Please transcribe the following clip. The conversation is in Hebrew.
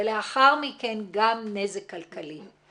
ולאחר מכן, גם נזק כלכלי,